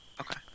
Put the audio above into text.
Okay